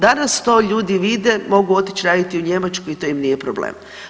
Danas to ljudi vide mogu otići raditi u Njemačku i to im nije problem.